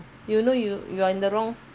you know you you are in the wrong